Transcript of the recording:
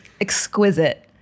exquisite